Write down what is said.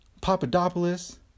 Papadopoulos